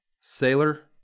sailor